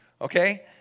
Okay